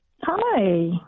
Hi